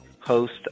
host